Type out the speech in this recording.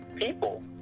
people